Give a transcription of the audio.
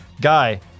Guy